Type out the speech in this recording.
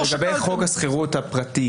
לגבי חוק השכירות הפרטי